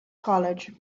college